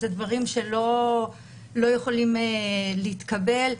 אלה דברים שלא יכולים להתקבל.